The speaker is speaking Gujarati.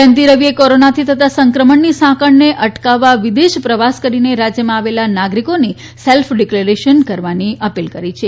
જયંતિ રવિએ કોરોનાથી થતા સંક્રમણની સાંકળને અટકાવવા વિદેશ પ્રવાસ કરીને રાજ્યમાં આવેલા નાગરિકોને સેલ્ફ ડિકલેરેશન કરવાની અપીલ કરી છે